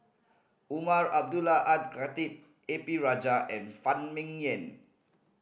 Umar Abdullah Al Khatib A P Rajah and Phan Ming Yen